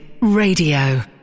Radio